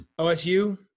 OSU